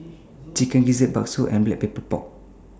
Chicken Gizzard Bakso and Black Pepper Pork